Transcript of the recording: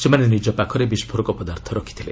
ସେମାନେ ନିଜ ପାଖରେ ବିସ୍ଫୋରକ ପଦାର୍ଥ ରଖିଥିଲେ